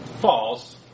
False